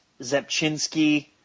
Zepchinski